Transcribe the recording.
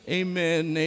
amen